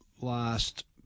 last